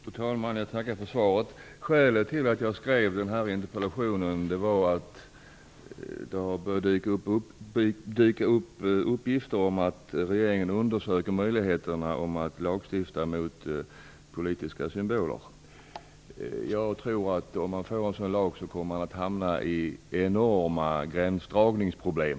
Fru talman! Jag tackar för svaret. Skälet till att jag skrev interpellationen är att det har börjat dyka upp uppgifter om att regeringen undersöker möjligheterna att lagstifta mot politiska symboler. Om man får en sådan lag kommer man att hamna i enorma gränsdragningsproblem.